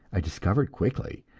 i discovered quickly